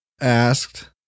asked